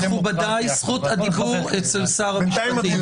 מכובדיי, זכות הדיבור אצל שר המשפטים.